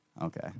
Okay